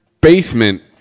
basement